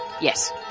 Yes